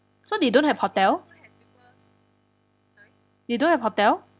so they don't have hotel they don't have hotel